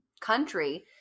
country